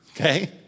okay